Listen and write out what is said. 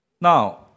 Now